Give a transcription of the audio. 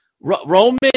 Roman